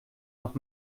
noch